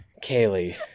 Kaylee